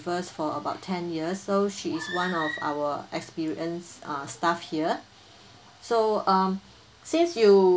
us for about ten years so she is one of our experienced uh staff here so um since you